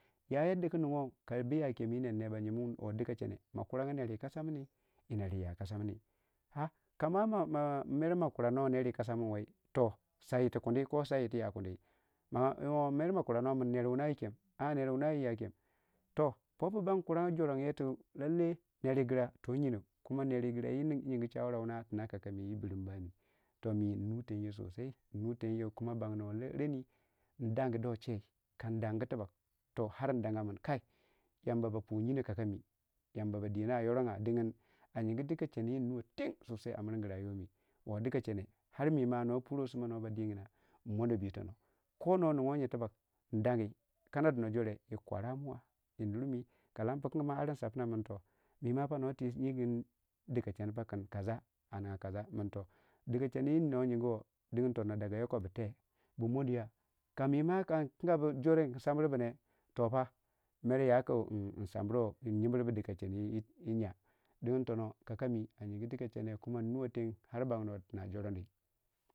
Ya yadda ku no ninguwou kabu a kemi yii nerna ba yinmin woo dikachenne ma kurangya ner wu kasa mini yii nerwu yakasa mini ala kama ma kurannuwei ner wu kasa mini yii nerwu yakasa mini ala kama mo kuramnuwei nerwu kasammin wai toh sa yirtu kundi ko sa yirtu ya kundi ho mere ma kurannuwei min meru nerwuna yii kem nerwunna yii a kem toh popu ban kuranga jorandi yei tu lallei nerwu girra toh yinou kuma nerwu girra wu yinge shawara tinno kakami wu birbami mi nnutenyou sosai nnutenyou kuma a bannuwe renni ndangi do chei ka dangu tubbag to ar ndanga min kai yamba ba puyinnou kaka mi yamba ba dina a yoranga dingin a yinge dikachenne wun nuwa teng sosai rayuwa mi woo dikachenne ar mima no purwei simma nobadigina nmodobu yii tonno ko na ningiwei nyee tibbag ndangi kana donno jo- re yii kwara muwa yii Nurmi kalam pukangu mo nsapuna min toh mima pa no twii yigamu dikache nne pa kin kasa aninga kasa min toh dikachenne wuno inge woo dingi tona yoko buta bu mundiya kamima kan yingabu jo- re nsambirbune toh pa mere yakin samburwou nyimbirbu dikachenne u yee dingin tonno kakami a yinge dikachenne nnuwa teng ar bannuwe tinna jorandi.